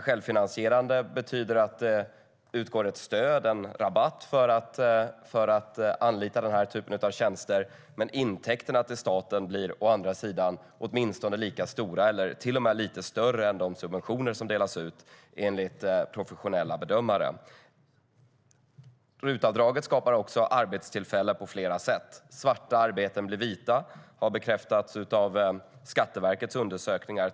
Självfinansierande betyder att det å ena sidan utgår ett stöd, en rabatt, för att anlita den typen av tjänster, men intäkterna till staten blir å andra sidan enligt professionella bedömare åtminstone lika stora eller till och med lite större än de subventioner som delas ut. RUT-avdraget skapar också arbetstillfällen på flera sätt. Svarta arbeten blir vita. Det har bekräftats av till exempel Skatteverkets undersökningar.